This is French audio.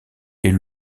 est